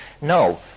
no